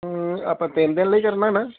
ਆਪਾਂ ਤਿੰਨ ਦਿਨ ਲਈ ਕਰਨਾ ਨਾ